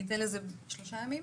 ניתן לזה שלושה ימים.